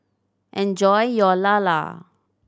enjoy your lala